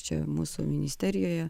čia mūsų ministerijoje